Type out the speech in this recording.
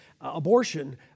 abortion